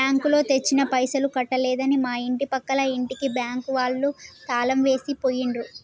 బ్యాంకులో తెచ్చిన పైసలు కట్టలేదని మా ఇంటి పక్కల ఇంటికి బ్యాంకు వాళ్ళు తాళం వేసి పోయిండ్రు